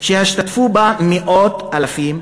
שהשתתפו בה מאות אלפים.